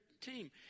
team